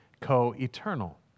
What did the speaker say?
co-eternal